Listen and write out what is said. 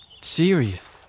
serious